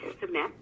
submit